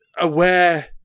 aware